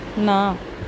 ਨਾ